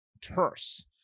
terse